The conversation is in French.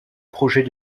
projet